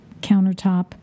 countertop